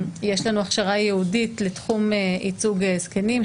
יש לנו הכשרה ייעודית לתחום ייצוג זקנים.